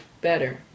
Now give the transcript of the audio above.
better